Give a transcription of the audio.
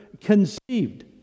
conceived